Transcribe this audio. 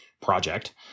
project